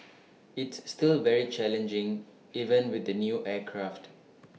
it's still very challenging even with the new aircraft